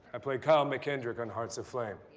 i play kyle mckendrick on hearts aflame.